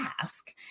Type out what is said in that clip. ask